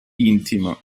intimo